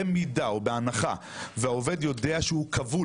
במידה או בהנחה והעובד יודע שהוא כבול,